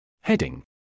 Heading